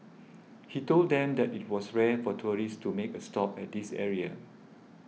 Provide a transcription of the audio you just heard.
he told them that it was rare for tourists to make a stop at this area